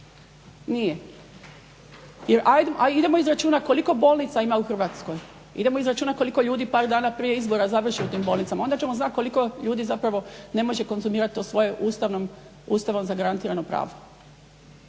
Jer a idemo izračunati koliko bolnica ima u Hrvatskoj, idemo izračunati koliko ljudi par dana prije izbora završi u tim bolnicama, onda ćemo znati koliko ljudi zapravo ne može konzumirati to svoje Ustavom zagarantirano pravo.